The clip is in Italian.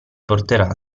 porterà